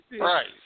Right